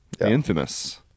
infamous